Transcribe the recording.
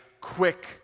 quick